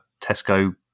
Tesco